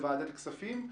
לוועדת הכספים.